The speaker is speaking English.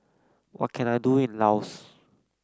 what can I do in Laos